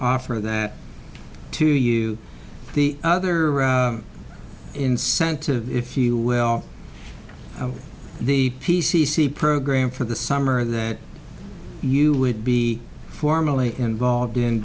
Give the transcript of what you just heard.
offer that to you the other incentive if you will the p c c program for the summer that you would be formally involved in